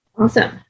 Awesome